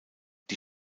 die